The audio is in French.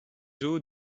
zoo